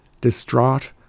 Distraught